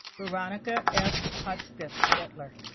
veronica f. hochstetler hochstetler